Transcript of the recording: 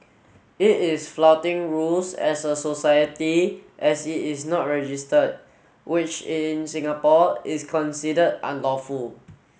it is flouting rules as a society as it is not registered which in Singapore is considered unlawful